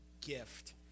gift